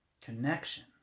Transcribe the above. connection